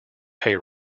pay